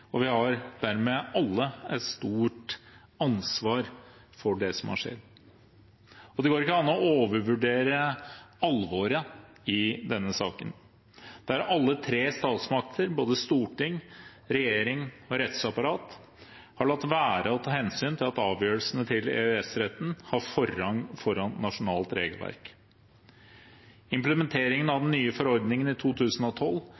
og vi har dermed alle et stort ansvar for det som har skjedd. Det går ikke an å overvurdere alvoret i denne saken, der alle tre statsmakter, både storting, regjering og rettsapparat, har latt være å ta hensyn til at avgjørelsene til EØS-retten har forrang foran nasjonalt regelverk. Implementeringen av den nye forordningen i 2012